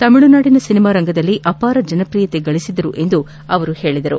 ತಮಿಳುನಾಡಿನ ಸಿನಿಮಾರಂಗದಲ್ಲಿ ಅಪಾರ ಜನಪ್ರಿಯತೆ ಗಳಿಸಿದ್ದರು ಎಂದು ಹೇಳಿದರು